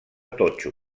totxo